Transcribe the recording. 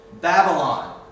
Babylon